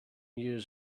years